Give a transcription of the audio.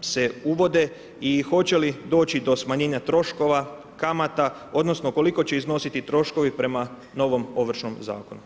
se uvode i hoće li doći do smanjenja troškova, kamata, odnosno koliko će iznositi troškovi prema novom Ovršnom zakonu.